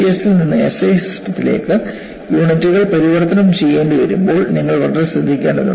fps ൽ നിന്ന് SI സിസ്റ്റത്തിലേക്ക് യൂണിറ്റുകൾ പരിവർത്തനം ചെയ്യേണ്ടിവരുമ്പോൾ നിങ്ങൾ വളരെ ശ്രദ്ധിക്കേണ്ടതുണ്ട്